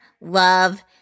love